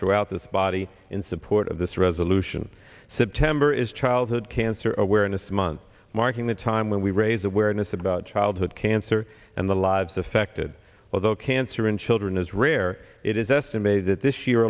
throughout this body in support of this resolution september is childhood cancer awareness month marking the time when we raise awareness about childhood cancer and the lives affected although cancer in children is rare it is estimated that this year